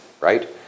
Right